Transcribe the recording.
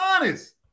honest